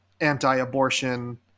anti-abortion